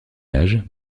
âge